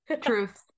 Truth